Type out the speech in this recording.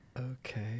Okay